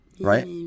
Right